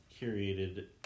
curated